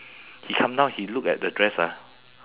he come down he look at the dress ah